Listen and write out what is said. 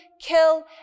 kill